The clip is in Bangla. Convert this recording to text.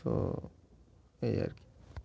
তো এই আর কি